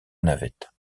navette